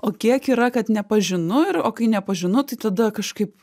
o kiek yra kad nepažinu ir o kai nepažinu tai tada kažkaip